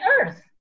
earth